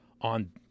on